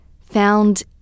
found